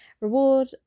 reward